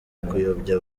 kuyobya